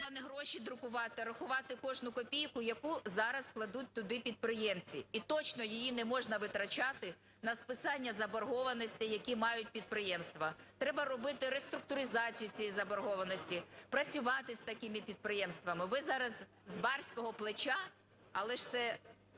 не гроші друкувати, а рахувати кожну копійку, яку зараз кладуть туди підприємці. І точно її не можна витрачати на списання заборгованості, яку мають підприємства. Треба робити реструктуризацію цієї заборгованості. Працювати з такими підприємствами. Ви зараз з барського плеча, але це